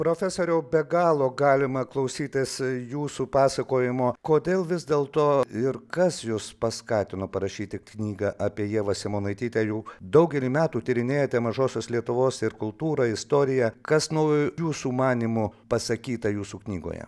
profesoriau be galo galima klausytis jūsų pasakojimo kodėl vis dėl to ir kas jus paskatino parašyti knygą apie ievą simonaitytę jau daugelį metų tyrinėjate mažosios lietuvos ir kultūrą istoriją kas naujo jūsų manymu pasakyta jūsų knygoje